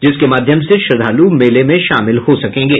जिसके माध्यम से श्रद्धालु मेले में शामिल हो सकेंगे